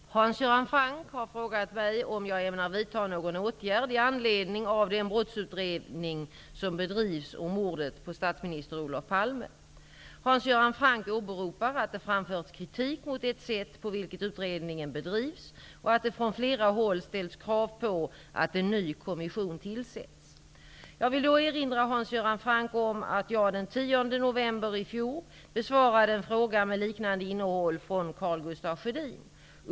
Fru talman! Hans Göran Franck har frågat mig om jag ämnar vidta någon åtgärd i anledning av den brottsutredning som bedrivs om mordet på statsminister Olof Palme. Hans Göran Franck åberopar att det framförts kritik mot det sätt på vilket utredningen bedrivs och att det från flera håll ställts krav på att en ny kommission tillsätts. Jag vill då erinra Hans Göran Franck om att jag den 10 november i fjol besvarade en fråga med liknande innehåll från Karl Gustaf Sjödin.